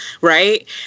Right